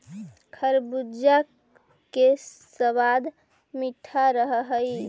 खरबूजा के सबाद मीठा रह हई